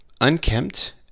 unkempt